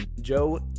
Joe